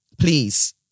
Please